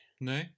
No